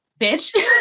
bitch